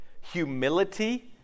humility